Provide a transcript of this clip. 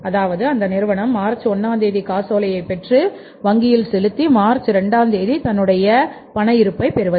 அதாவது அந்த நிறுவனம் மார்ச் 1ம் தேதி காசோலையை பெற்று வங்கியில் செலுத்தி மார்ச் 2 ஆம் தேதி தன்னுடைய பண இருப்பை பெறுவது